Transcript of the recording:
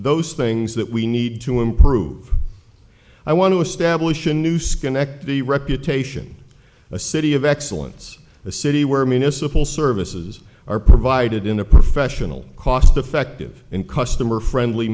those things that we need to improve i want to establish a new skin ekti reputation a city of excellence a city where municipal services are provided in a professional cost effective and customer friendly